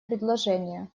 предложение